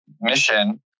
mission